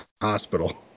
hospital